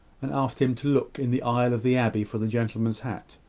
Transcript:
and asked him to look in the aisle of the abbey for the gentleman's hat.